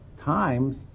Times